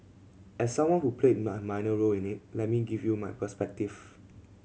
as someone who played minor role in it let me give you my perspective